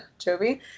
Jovi